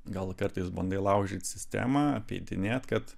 gal kartais bandai laužyt sistemą apeidinėt kad